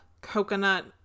Coconut